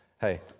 hey